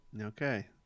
Okay